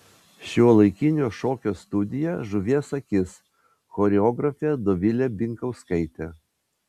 šiuolaikinio šokio studija žuvies akis choreografė dovilė binkauskaitė